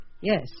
yes